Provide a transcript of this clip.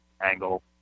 angle